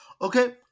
Okay